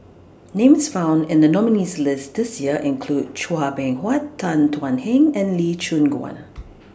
Names found in The nominees' list This Year include Chua Beng Huat Tan Thuan Heng and Lee Choon Guan